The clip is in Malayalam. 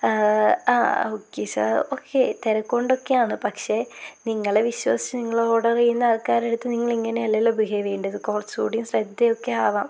ആ ഓക്കെ സര് ഓക്കെ തിരക്ക് കൊണ്ടൊക്കെയാണ് പക്ഷേ നിങ്ങളെ വിശ്വസിച്ച് ഞങ്ങള് ഓര്ഡര് ചെയ്യുന്ന ആള്ക്കാരടുത്ത് നിങ്ങള് ഇങ്ങനെ അല്ലല്ലോ ബിഹേവ് ചെയ്യേണ്ടത് കുറച്ച് കൂടെ ശ്രദ്ധ ഒക്കെ ആവാം